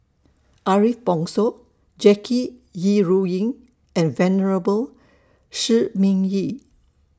Ariff Bongso Jackie Yi Ru Ying and Venerable Shi Ming Yi